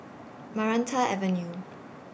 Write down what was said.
Maranta Avenue